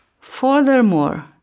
Furthermore